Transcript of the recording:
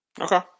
Okay